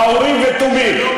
האורים והתומים.